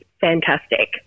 fantastic